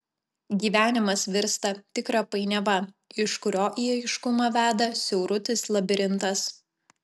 gyvenimas virsta tikra painiava iš kurio į aiškumą veda siaurutis labirintas